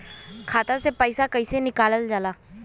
खाता से पैसा कइसे निकालल जाला?